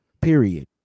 period